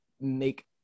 make